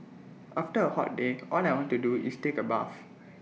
after A hot day all I want to do is take A bath